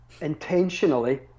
intentionally